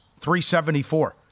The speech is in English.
374